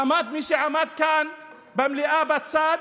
עמד מי שעמד כאן במליאה בצד,